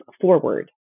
forward